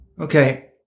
okay